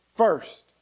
first